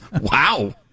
Wow